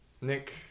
Nick